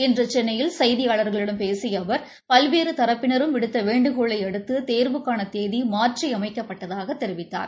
இன்று சென்னையில் செய்தியாளர்களிடம் பேசிய அவர் பல்வேறு தரப்பினரும் விடுத்த வேண்டுகோளை அடுத்து தேர்வுக்கான தேதி மாற்றியமைக்கப்பட்டதாகத் தெரிவித்தார்